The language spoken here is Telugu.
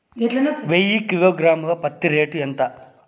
వెయ్యి కిలోగ్రాము ల పత్తి రేటు ఎంత?